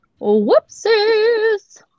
whoopsies